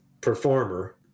performer